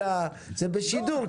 זה בשידור.